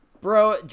bro